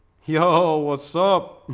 yo, what's up?